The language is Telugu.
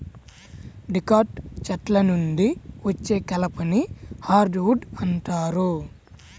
డికాట్ చెట్ల నుండి వచ్చే కలపని హార్డ్ వుడ్ అంటారు